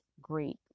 great